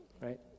Right